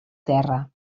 terra